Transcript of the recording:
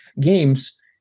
games